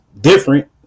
different